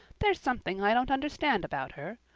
there's something i don't understand about her.